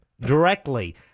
directly